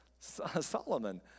Solomon